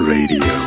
Radio